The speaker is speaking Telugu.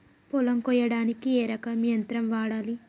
పొలం కొయ్యడానికి ఏ రకం యంత్రం వాడాలి?